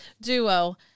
duo